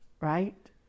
Right